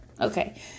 okay